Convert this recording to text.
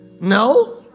no